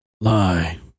Lie